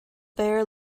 bare